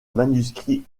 manuscrits